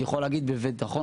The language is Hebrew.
אני יכול להגיד בביטחון,